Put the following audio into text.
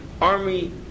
army